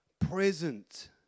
present